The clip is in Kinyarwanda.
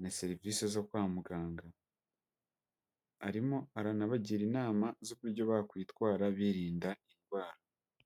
na serivise zo kwa muganga. Arimo aranabagira inama z'uburyo bakwitwara, birinda indwara.